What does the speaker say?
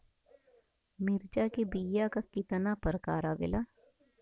मिर्चा के बीया क कितना प्रकार आवेला?